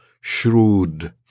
shrewd